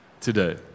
today